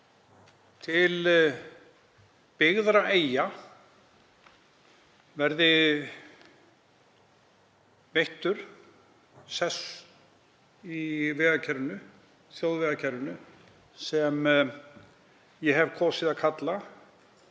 til byggðra eyja verði veittur sess í þjóðvegakerfinu sem ég hef kosið að kalla